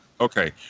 Okay